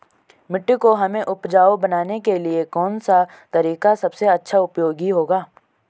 मिट्टी को हमें उपजाऊ बनाने के लिए कौन सा तरीका सबसे अच्छा उपयोगी होगा?